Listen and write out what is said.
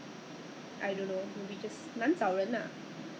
oh but 好像是可以 claim 的吗 I think can claim you know